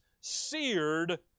seared